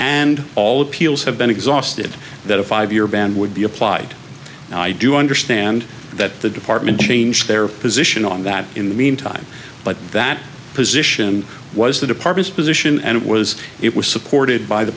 and all appeals have been exhausted that a five year ban would be applied and i do understand that the department changed their position on that in the meantime but that position was the department's position and it was it was supported by the